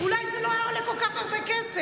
אולי זה לא היה עולה כל כך הרבה כסף.